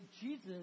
Jesus